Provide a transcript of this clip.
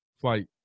Flight